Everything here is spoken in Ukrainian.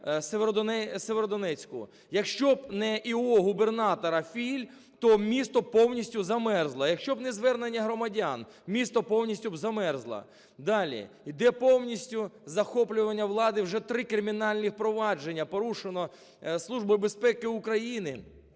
Сєвєродонецьку. Якщо б не в.о. губернатора Філь, то місто б повністю замерзло. Якщо б не звернення громадян, місто повністю б замерзло. Далі. Іде повністю захоплення влади. Вже три кримінальних провадження порушено